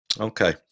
Okay